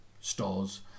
stores